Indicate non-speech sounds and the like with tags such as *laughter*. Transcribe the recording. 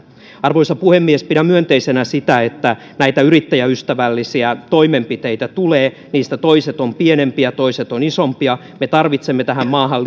arvoisa puhemies pidän myönteisenä sitä että näitä yrittäjäystävällisiä toimenpiteitä tulee niistä toiset ovat pienempiä toiset ovat isompia me tarvitsemme tähän maahan *unintelligible*